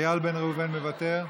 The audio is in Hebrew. איל בן ראובן, מוותר,